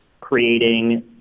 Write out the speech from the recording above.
creating